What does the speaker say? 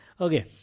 okay